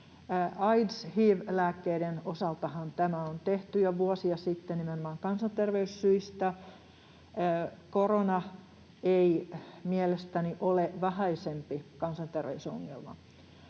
Aids-, hiv‑lääkkeiden osaltahan tämä on tehty jo vuosia sitten nimenomaan kansanterveyssyistä. Korona ei mielestäni ole vähäisempi kansanterveysongelma.